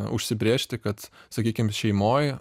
užsibrėžti kad sakykim šeimoj